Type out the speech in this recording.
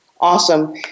Awesome